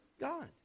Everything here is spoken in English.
God